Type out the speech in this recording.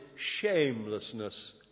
shamelessness